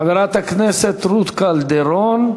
חברת הכנסת רות קלדרון,